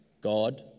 God